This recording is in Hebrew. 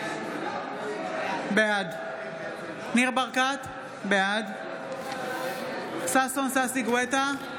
בעד ניר ברקת, בעד ששון ששי גואטה,